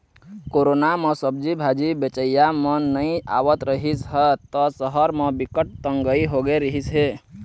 corona म सब्जी भाजी बेचइया मन नइ आवत रिहिस ह त सहर म बिकट तंगई होगे रिहिस हे